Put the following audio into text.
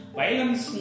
violence